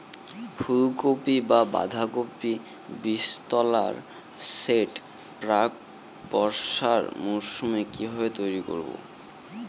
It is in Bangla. ফুলকপি বা বাঁধাকপির বীজতলার সেট প্রাক বর্ষার মৌসুমে কিভাবে তৈরি করব?